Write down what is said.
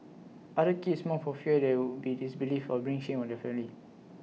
others keeps mum for fear that they would be disbelieved or bring shame on their family